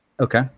Okay